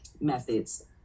methods